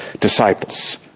disciples